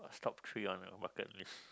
top three on your bucket list